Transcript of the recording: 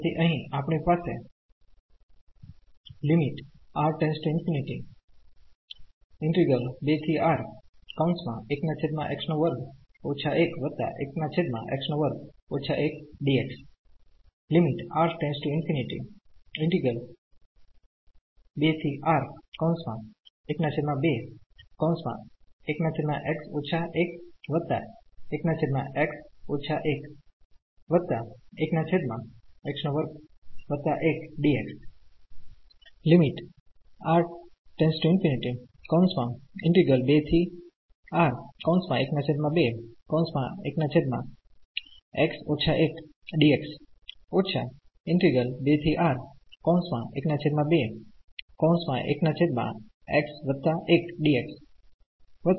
તેથી અહી આપણી પાસે તેથી આ ઈન્ટિગ્રલ અસ્તિત્વ ધરાવે છે